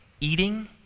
eating